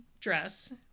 dress